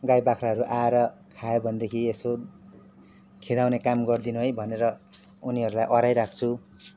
गाई बाख्राहरू आएर खायो भनेदेखि यसो खेदाउने काम गरिदिनु है भनेर उनीहरूलाई अह्राइ राख्छु